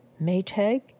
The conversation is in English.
Maytag